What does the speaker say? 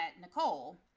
Nicole